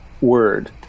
word